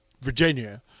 Virginia